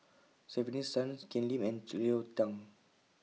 Stefanie Sun Ken Lim and Cleo Thang